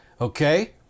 okay